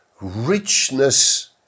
richness